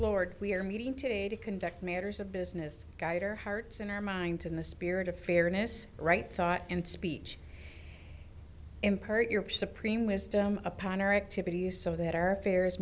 lord we are meeting today to conduct matters of business guider hearts in our minds in the spirit of fairness right thought and speech impart your supreme wisdom upon or activities so that our affairs